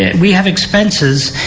and we have expenses.